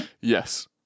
Yes